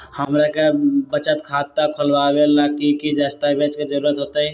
हमरा के बचत खाता खोलबाबे ला की की दस्तावेज के जरूरत होतई?